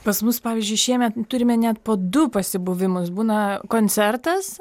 pas mus pavyzdžiui šiemet turime net po du pasibuvimus būna koncertas